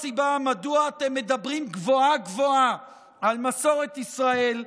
הסיבה מדוע אתם מדברים גבוהה-גבוהה על מסורת ישראל,